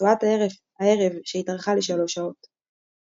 רצועת הערב שהתארכה לשלוש שעות.